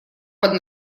под